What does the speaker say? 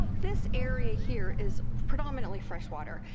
this area here is predominantly fresh water.